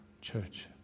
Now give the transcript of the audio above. church